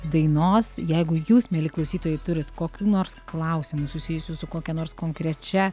dainos jeigu jūs mieli klausytojai turit kokių nors klausimų susijusių su kokia nors konkrečia